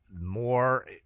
More